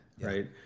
right